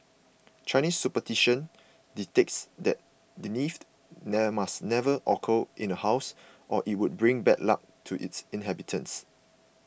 Chinese superstition dictates that death must never occur in a house or it would bring bad luck to its inhabitants